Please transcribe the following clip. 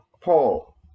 Paul